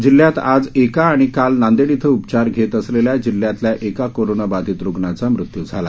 जिल्ह्यात आज एका आणि काल नांदेड इथं उपचार घेत असलेल्या जिल्ह्यातल्या एका कोरोनाबाधित रुग्णाचा मृत्यू झाला